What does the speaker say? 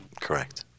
correct